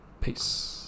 Peace